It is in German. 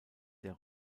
der